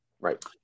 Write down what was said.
Right